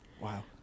Wow